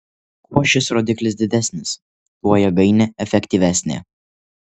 kuo šis rodiklis didesnis tuo jėgainė efektyvesnė